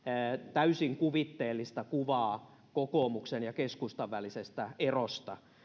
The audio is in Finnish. täysin kuvitteellista kuvaa kokoomuksen ja keskustan välisestä erosta